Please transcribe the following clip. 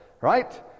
right